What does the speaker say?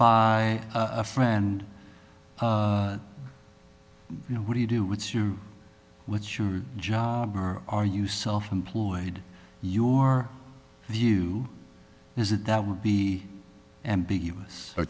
by a friend you know what do you do what's your what's your job or are you self employed your view is that that would be ambiguous